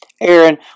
Aaron